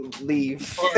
leave